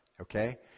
Okay